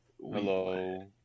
Hello